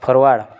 forward